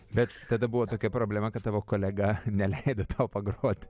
bet tada buvo tokia problema kad tavo kolega neleido tau pagroti